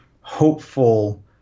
hopeful